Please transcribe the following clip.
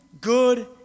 good